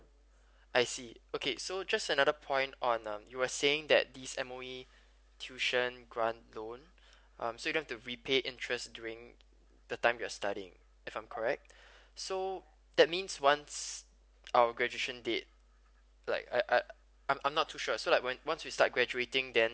I see okay so just another point on um you are saying that this M_O_E tuition grant loan um so we don't have to repay interest during the time you're studying if I'm correct so that means once our graduation date like I I I'm I'm not too sure so like when once we start graduating then